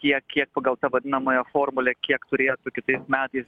kiek kiek pagal tą vadinamąją formulę kiek turėtų kitais metais